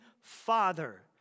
father